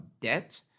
debt